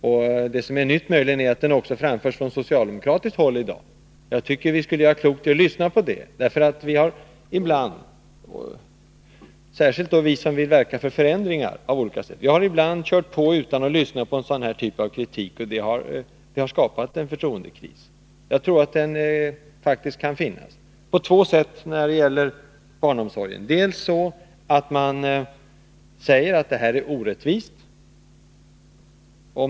Vad som är nytt är möjligen att den i dag också framförs från socialdemokratiskt håll. Vi skulle göra klokt i att lyssna på den kritiken. Särskilt vi som vill verka för förändringar har ibland kört på utan att lyssna till kritik, och det har skapat en förtroendekris. En del av kritiken mot barnomsorgen gäller att den är orättvis.